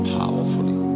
powerfully